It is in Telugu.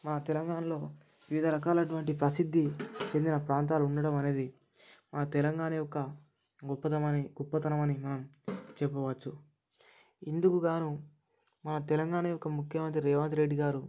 మా తెలంగాణలో వివిధ రకాలైనటువంటి ప్రసిద్ధి చెందిన ప్రాంతాలు ఉండడం అనేది మన తెలంగాణ యొక్క గొప్పతం అని గొప్పతనం అని మనం చెప్పువచ్చు ఇందుకుగాను మన తెలంగాణ యొక్క ముఖ్యమంత్రి రేవంత్ రెడ్డి గారు